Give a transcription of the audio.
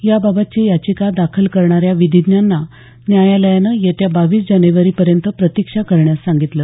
याबाबतची याचिका दाखल करणाऱ्या विधीज्ञांना न्यायालयानं येत्या बावीस जानेवारीपर्यंत प्रतिक्षा करण्यास सांगितलं